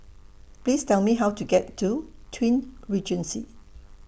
Please Tell Me How to get to Twin Regency